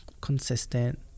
consistent